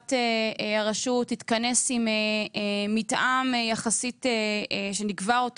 שישיבת הרשות תתכנס עם מתאם שנקבע אותו